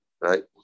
Right